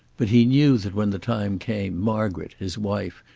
but he knew that when the time came margaret, his wife,